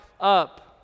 up